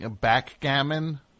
backgammon